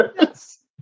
yes